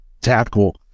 tackle